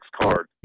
card